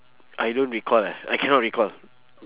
I don't recall eh I cannot recall